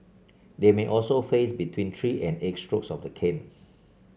they may also face between three and eight strokes of the cane